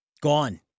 gone